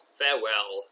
farewell